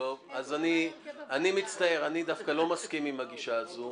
אני מצטער, אני לא מסכים לגישה הזו.